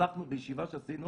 בישיבה שעשינו